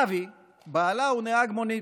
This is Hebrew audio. אבי בעלה הוא נהג מונית,